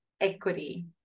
equity